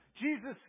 Jesus